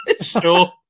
Sure